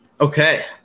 Okay